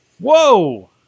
Whoa